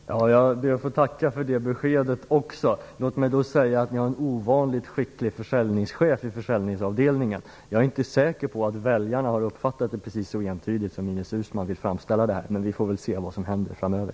Fru talman! Jag ber att få tacka för det beskedet också. Låt mig då säga att ni har en ovanligt skicklig försäljningschef på försäljningsavdelningen. Jag är inte säker på att väljarna har uppfattat det precis så entydigt som Ines Uusmann vill framställa det, men vi får se vad som händer framöver.